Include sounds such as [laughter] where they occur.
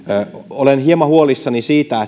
olen hieman huolissani siitä [unintelligible]